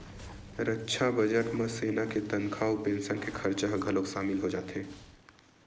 रक्छा बजट म सेना के तनखा अउ पेंसन के खरचा ह घलोक सामिल हो जाथे